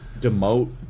demote